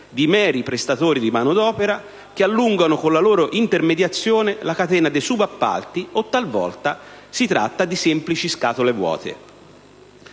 di meri prestatori di manodopera, che allungano con la loro intermediazione la catena dei subappalti, o talvolta, si tratta di semplici scatole vuote.